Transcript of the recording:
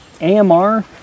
AMR